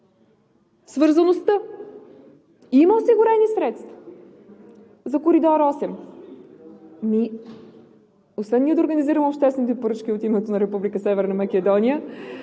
свързаността има осигурени средства за Коридор № 8 – освен да организираме обществените поръчки от името на Република Северна Македония.